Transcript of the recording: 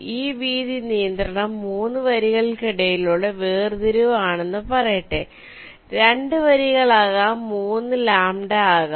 ഈ വീതി നിയന്ത്രണം 3 വരികൾക്കിടയിലുള്ള വേർതിരിവ് ആണെന്ന് പറയട്ടെ 2 വരികൾ ആകാം 3λ ആകാം